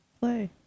Play